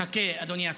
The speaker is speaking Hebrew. חכה, אדוני השר.